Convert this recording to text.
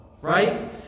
right